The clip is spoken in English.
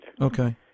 Okay